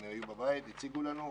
הם היו בבית, הציגו לנו.